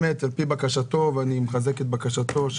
באמת על פי בקשתו ואני מחזק את בקשתו,